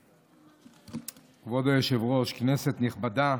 כבוד היושב-ראש, כנסת נכבדה,